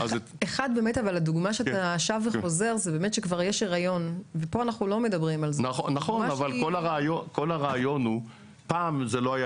זה יכול להיות הורה, זה יכול להיות